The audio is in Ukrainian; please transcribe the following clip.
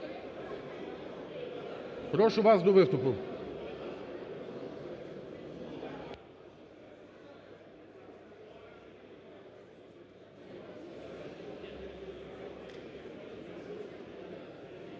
прошу вас до виступу.